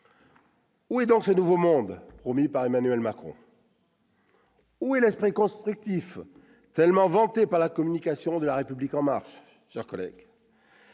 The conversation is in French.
Où est donc ce « nouveau monde » promis par Emmanuel Macron ? Où est l'esprit constructif tellement vanté par la communication de La République En Marche ? Selon les